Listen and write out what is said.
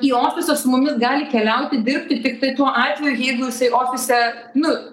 į ofisą su mumis gali keliauti dirbti tiktai tuo atveju jeigu jisai ofise nu